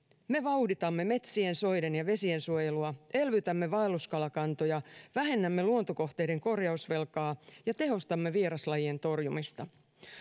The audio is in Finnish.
me vauhditamme metsien soiden ja vesien suojelua elvytämme vaelluskalakantoja vähennämme luontokohteiden korjausvelkaa ja tehostamme vieraslajien torjumista